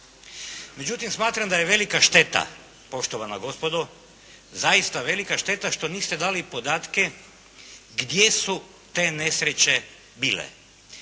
Međutim, smatram da je velika šteta poštovana gospodo, zaista velika šteta što niste dali i podatke gdje su te nesreće bile.